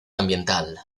ambiental